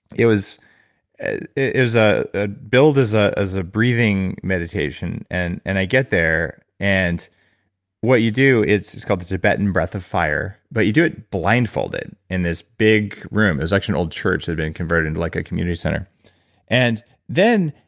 it was and ah ah billed as ah as a breathing meditation, and and i get there, and what you do, it's it's called the tibetan breath of fire, but you do it blindfolded in this big room. it was actually an old church that had been converted into like a community center and then,